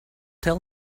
tell